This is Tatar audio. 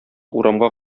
урамга